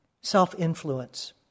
self-influence